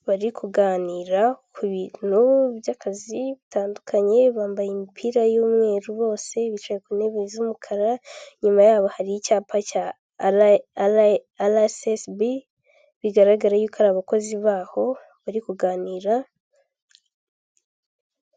ibaraya gusa umweru n'ibirahure by'umukara hasi hari amakaro ifite ibyumba bikodeshwa ibihumbi ijana na mirongo itanu by'amafaranga y'u Rwanda.